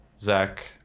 Zach